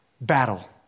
battle